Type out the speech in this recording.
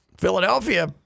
Philadelphia